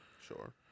Sure